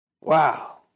Wow